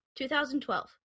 2012